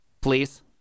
please